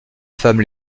femme